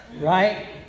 right